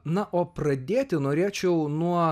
na o pradėti norėčiau nuo